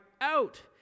out